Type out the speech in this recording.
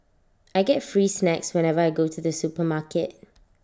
I get free snacks whenever I go to the supermarket